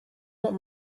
not